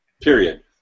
Period